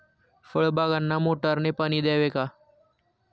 फळबागांना मोटारने पाणी द्यावे का?